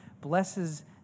blesses